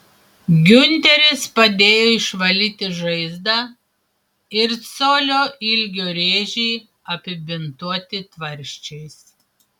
giunteris padėjo išvalyti žaizdą ir colio ilgio rėžį apibintuoti tvarsčiais